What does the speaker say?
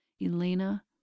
Elena